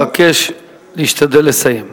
אבקש להשתדל לסיים.